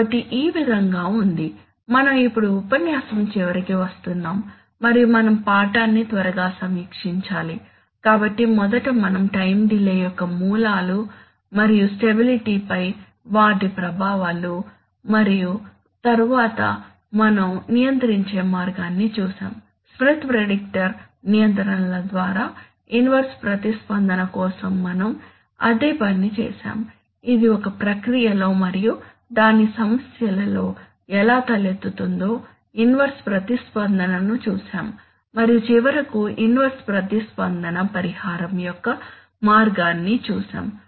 కాబట్టి ఈ విధంగా ఉంది మనం ఇప్పుడు ఉపన్యాసం చివరికి వస్తున్నాము మరియు మనం పాఠాన్ని త్వరగా సమీక్షించాలి కాబట్టి మొదట మనం టైం డిలే యొక్క మూలాలు మరియు స్టెబిలిటీ పై వాటి ప్రభావాలు మరియు తరువాత మనం నియంత్రించే మార్గాన్ని చూశాము స్మిత్ ప్రిడిక్టర్ నియంత్రణల ద్వారా ఇన్వర్స్ ప్రతిస్పందన కోసం మనం అదే పని చేసాము ఇది ఒక ప్రక్రియలో మరియు దాని సమస్యలలో ఎలా తలెత్తుతుందో ఇన్వర్స్ ప్రతిస్పందనను చూశాము మరియు చివరకు ఇన్వర్స్ ప్రతిస్పందన పరిహారం యొక్క మార్గాన్ని చూశాము